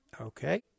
Okay